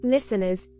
Listeners